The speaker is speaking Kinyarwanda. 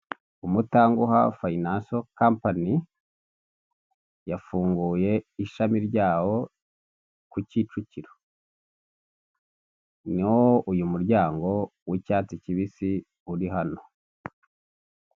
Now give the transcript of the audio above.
Umutanguha fayinansho kampani, yafunguye ishami ryawo ku Kicukiro, niho uyu muryango w'icyatsi kibisi uri hano.